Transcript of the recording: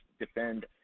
defend